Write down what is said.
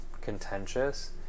contentious